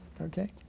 Okay